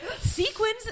Sequins